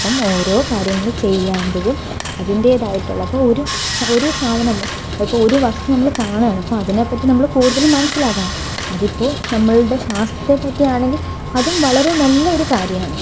അപ്പം ഓരോ കാര്യങ്ങൾ ചെയ്യുമ്പോഴും അതിൻറ്റേതായിട്ടുള്ള അപ്പം ഒരു ഒരു സാധനം അപ്പോൾ ഒരു വസ്തു നമ്മൾ കാണുകയാണ് അപ്പോൾ അതിനെപ്പറ്റി നമ്മൾ കൂടുതലും മനസ്സിലാക്കണം അതിപ്പോൾ നമ്മളുടെ ശാസ്ത്രത്തെ പറ്റിയാണെങ്കിൽ അതും വളരെ നല്ലൊരു കാര്യമാണ്